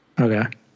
Okay